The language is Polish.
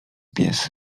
pies